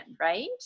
right